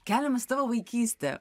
keliamės į tavo vaikystę